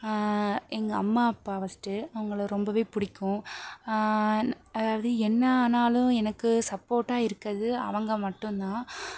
எங்கள் அம்மா அப்பா ஃபஸ்ட் அவங்கள ரொம்பவே பிடிக்கும் அதாவது என்ன ஆனாலும் எனக்கு சப்போர்ட்டா இருக்கறது அவங்க மட்டுந்தான்